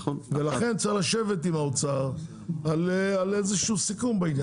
לכן צריך לשבת עם האוצר על איזשהו סיכום בעניין הזה.